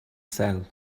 cel